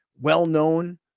well-known